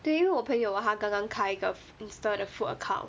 对因为我朋友他刚刚开一个 insta 的 food account